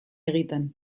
egiten